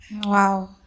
Wow